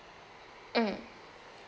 mm